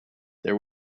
there